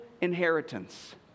inheritance